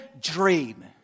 dream